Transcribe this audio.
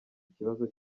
ikibazo